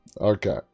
Okay